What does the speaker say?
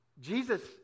Jesus